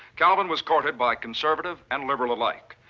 calvin was courted by conservative and liberal alike.